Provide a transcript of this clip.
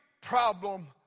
problem